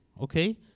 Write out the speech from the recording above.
okay